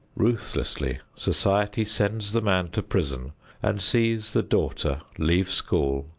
ruthlessly society sends the man to prison and sees the daughter leave school,